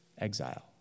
Exile